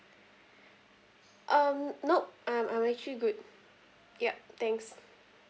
um nope I'm I'm actually good ya thanks